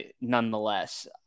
nonetheless